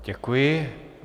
Děkuji.